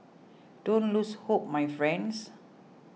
don't lose hope my friends